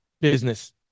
business